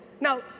Now